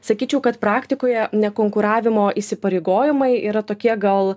sakyčiau kad praktikoje nekonkuravimo įsipareigojimai yra tokie gal